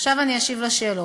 עכשיו אני אשיב על השאלות.